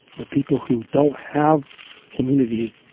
the people who don't have community.